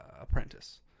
apprentice